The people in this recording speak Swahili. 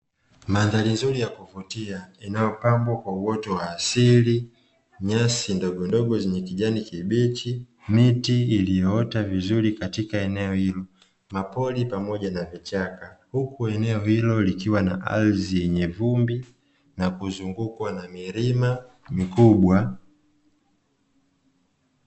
Madhari nzuri ya kuvutia inayopambwa kwa uoto wa asili, nyasi ndogo ndogo zenye kijani kibichi, miti iliyoota vizuri katika eneo hilo mapori pamoja na vichaka. Huko eneo hilo likiwa ana ardhi yenye vumbi na kuzungukwa na milima mikubwa.